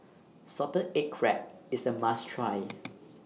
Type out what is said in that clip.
Salted Egg Crab IS A must Try